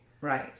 Right